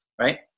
right